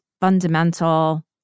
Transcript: fundamental